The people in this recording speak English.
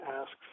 asks